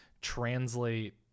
translate